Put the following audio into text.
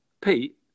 Pete